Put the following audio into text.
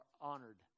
honored